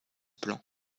plan